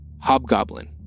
hobgoblin